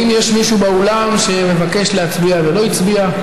האם יש מישהו באולם שמבקש להצביע ולא הצביע?